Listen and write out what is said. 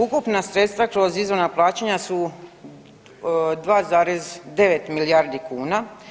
Ukupna sredstva kroz izvorna plaćanja su 2,9 milijardi kuna.